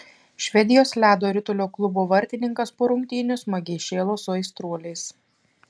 švedijos ledo ritulio klubo vartininkas po rungtynių smagiai šėlo su aistruoliais